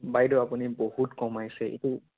বাইদেউ আপুনি বহুত কমাইছে এইটো